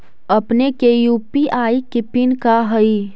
अपने के यू.पी.आई के पिन का हई